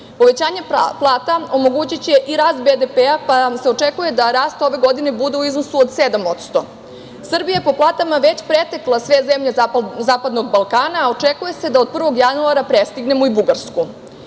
Povećanje plata omogućiće i rast BDP-a, pa se očekuje da rast ove godine bude u iznosu od 7%. Srbija je po platama već pretekla sve zemlje Zapadnog Balkana, a očekuje se da od 1. januara prestignemo i Bugarsku. Ekonomska